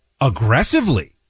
aggressively